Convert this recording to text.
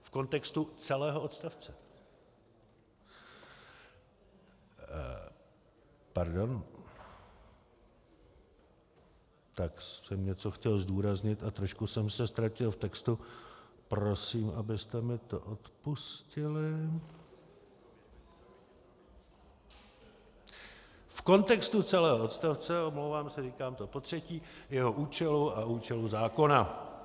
v kontextu celého odstavce pardon, tak jsem něco chtěl zdůraznit a trošku jsem se ztratil v textu, prosím, abyste mi to odpustili... v kontextu celého odstavce, omlouvám se, říkám to potřetí, jeho účelu a účelu zákona.